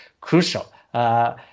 crucial